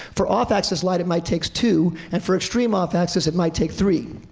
for off-axis light it might take two, and for extreme off-axis, it might take three.